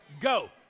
Go